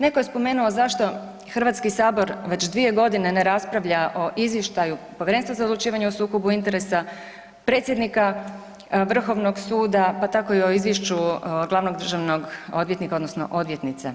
Netko je spomenuo zašto HS već dvije godine ne raspravlja o Izvještaju Povjerenstva za odlučivanje o sukobu interesa, predsjednika Vrhovnog suda, pa tako i o Izvješću glavnog državnog odvjetnika odnosno odvjetnice.